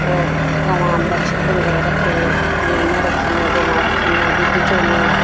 होर गवांऽ बच्छे डंगर रखे दे मेहियां रखी दियां गवांऽ रखी दियां दुद्ध चौने